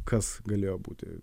kas galėjo būti